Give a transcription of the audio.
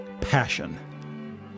passion